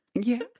yes